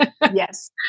yes